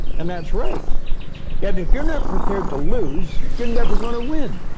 and that's right. yeah and if you're not prepared to lose, you're never going to win,